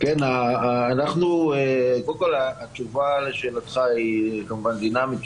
קודם כל, התשובה לשאלתך היא כמובן דינמית.